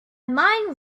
mind